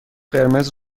قرمز